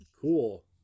cool